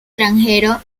granjero